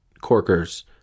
Corkers